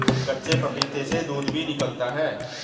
कच्चे पपीते से दूध भी निकलता है